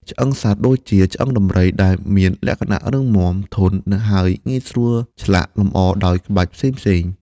ឆ្អឹងសត្វ ដូចជា ឆ្អឹងដំរី ដែលមានលក្ខណៈរឹងមាំ ធន់ ហើយងាយស្រួលឆ្លាក់លម្អដោយក្បាច់ផ្សេងៗ។